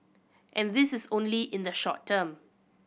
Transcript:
and this is only in the short term